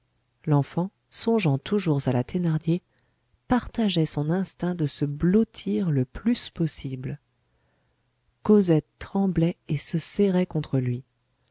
l'enfant songeant toujours à la thénardier partageait son instinct de se blottir le plus possible cosette tremblait et se serrait contre lui